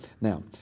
Now